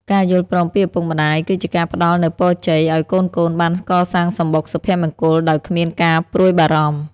ការយល់ព្រមពីឪពុកម្ដាយគឺជាការផ្ដល់នូវពរជ័យឱ្យកូនៗបានកសាងសំបុកសុភមង្គលដោយគ្មានការព្រួយបារម្ភ។